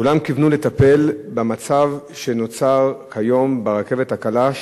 כולם כיוונו לטפל במצב שנוצר כיום ברכבת הקלה,